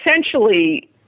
essentially